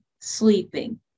sleeping